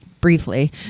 briefly